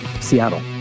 Seattle